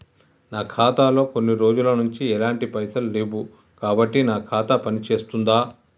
నా ఖాతా లో కొన్ని రోజుల నుంచి ఎలాంటి పైసలు లేవు కాబట్టి నా ఖాతా పని చేస్తుందా?